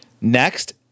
Next